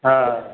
ହଁ